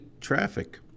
traffic